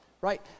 right